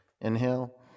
inhale